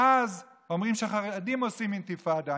אז אומרים שהחרדים עושים אינתיפאדה.